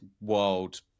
world